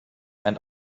and